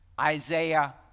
Isaiah